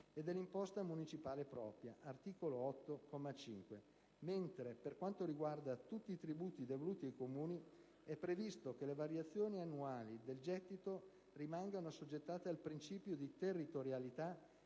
e dell'imposta municipale propria (articolo 8, comma 5), mentre per quanto riguarda tutti i tributi devoluti ai Comuni è previsto che le variazioni annuali del gettito rimangano assoggettate al principio di territorialità